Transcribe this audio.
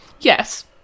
Yes